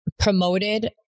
Promoted